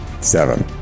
Seven